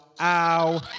Ow